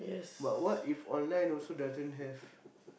but what if online also doesn't have